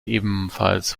ebenfalls